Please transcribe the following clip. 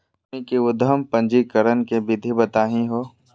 हमनी के उद्यम पंजीकरण के विधि बताही हो?